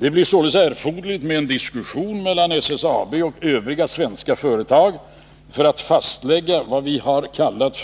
Det blir således erforderligt med en diskussion mellan SSAB och övriga svenska företag för att fastlägga vad vi har kallat